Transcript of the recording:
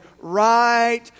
right